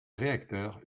réacteurs